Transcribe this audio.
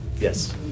Yes